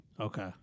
Okay